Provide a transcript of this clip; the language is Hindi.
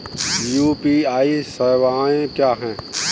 यू.पी.आई सवायें क्या हैं?